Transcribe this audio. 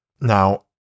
now